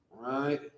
right